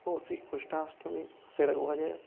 ଓ ଶ୍ରୀ କୃଷ୍ଠାଷ୍ଟମୀ ସେଇଟା କୁହାଯାଏ